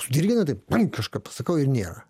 sudirgina taip kažką pasakau ir nėra